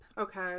Okay